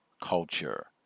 culture